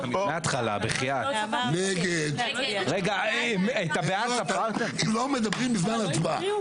ממך לא לדבר באמצע הצבעה,